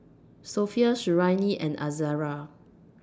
Sofea Suriani and Izara